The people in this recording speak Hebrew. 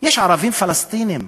יש ערבים פלסטינים,